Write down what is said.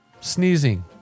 sneezing